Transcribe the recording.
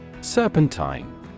Serpentine